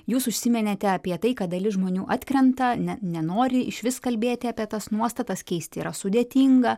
jūs užsiminėte apie tai kad dalis žmonių atkrenta ne nenori išvis kalbėti apie tas nuostatas keisti yra sudėtinga